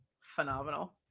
Phenomenal